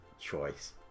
choice